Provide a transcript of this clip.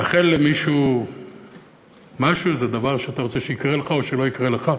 לאחל למישהו משהו זה דבר שאתה רוצה שיקרה לך או שלא יקרה לך?